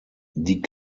die